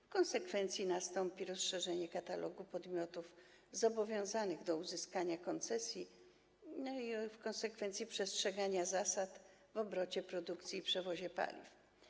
W konsekwencji nastąpi rozszerzenie katalogu podmiotów zobowiązanych do uzyskania koncesji i w konsekwencji przestrzegania zasad w obrocie produkcją i w przewozie paliw.